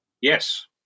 Yes